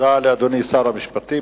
תודה לאדוני שר המשפטים.